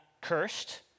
cursed